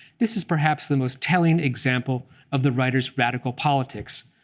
this is perhaps the most telling example of the writer's radical politics,